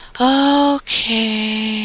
Okay